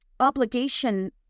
obligation